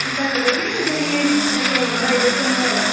इटाखौबो नै जोंनि जायगायावनो लायदों टंलायावनो